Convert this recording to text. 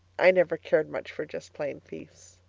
i never cared much for just plain peace.